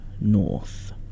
north